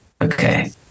Okay